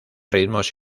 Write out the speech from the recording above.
ritmos